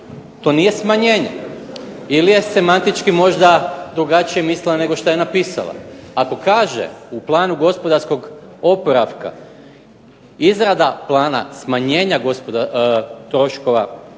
to nije smanjenje, ili je semantički možda drugačije mislila nego šta je napisala. Ako kaže u planu gospodarskog oporavka izrada plana smanjenja troškova